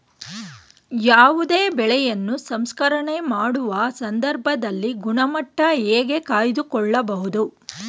ಯಾವುದೇ ಬೆಳೆಯನ್ನು ಸಂಸ್ಕರಣೆ ಮಾಡುವ ಸಂದರ್ಭದಲ್ಲಿ ಗುಣಮಟ್ಟ ಹೇಗೆ ಕಾಯ್ದು ಕೊಳ್ಳಬಹುದು?